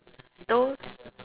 those